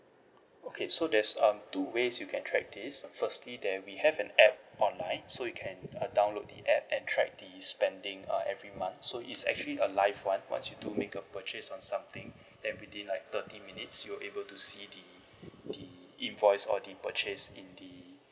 okay so there's um two ways you can track this firstly there we have an app online so you can uh download the app and track the spending uh every month so it's actually a live one once you do make a purchase on something then within like thirty minutes you'll able to see the the invoice or the purchase in the